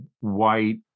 white